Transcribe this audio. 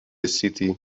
city